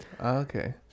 Okay